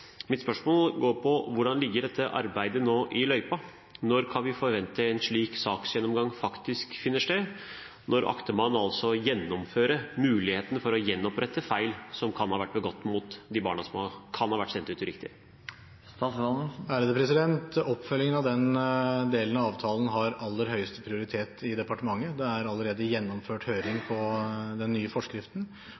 Mitt spørsmål handler om hvor i løypen dette arbeidet nå ligger. Når kan vi forvente at en slik saksgjennomgang faktisk finner sted, og når akter man å gjennomføre det å rette opp i feil som kan ha vært begått mot de barna som uriktig kan ha blitt sendt ut? Oppfølgingen av den delen av avtalen har aller høyeste prioritet i departementet. Det er allerede gjennomført høring om den nye forskriften,